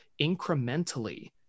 incrementally